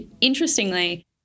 Interestingly